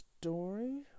story